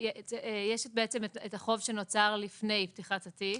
יש בעצם את החוב שנוצר לפני פתיחת התיק,